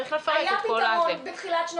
הם היו סטודנטים עם ויזת סטודנט.